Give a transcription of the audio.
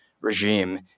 regime